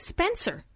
Spencer